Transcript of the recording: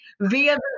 via